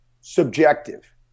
subjective